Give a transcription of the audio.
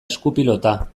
eskupilota